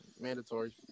Mandatory